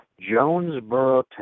Jonesboro